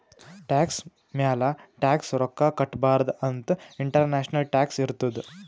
tax ಮ್ಯಾಲ tax ರೊಕ್ಕಾ ಕಟ್ಟಬಾರ್ದ ಅಂತ್ ಇಂಟರ್ನ್ಯಾಷನಲ್ ಟ್ಯಾಕ್ಸ್ ಇರ್ತುದ್